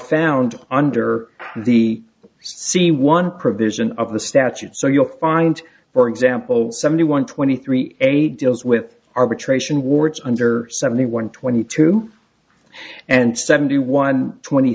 found under the c one provision of the statute so you'll find for example seventy one twenty three eighty deals with arbitration wards under seventy one twenty two and seventy one twenty